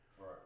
Right